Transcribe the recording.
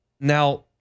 Now